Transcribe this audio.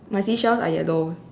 my seashells are yellow